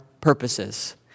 purposes